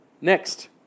next